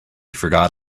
forgot